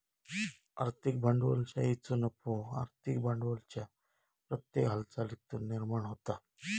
आर्थिक भांडवलशाहीचो नफो आर्थिक भांडवलाच्या प्रत्येक हालचालीतुन निर्माण होता